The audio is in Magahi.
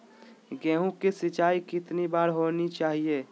गेहु की सिंचाई कितनी बार होनी चाहिए?